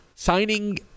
Signing